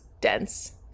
dense